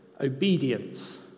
obedience